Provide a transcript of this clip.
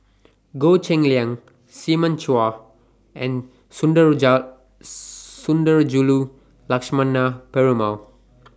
Goh Cheng Liang Simon Chua and Sundarajulu Lakshmana Perumal